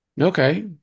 okay